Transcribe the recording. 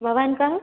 भवान् कः